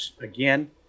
again